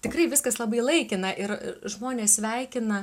tikrai viskas labai laikina ir žmonės sveikina